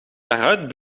daaruit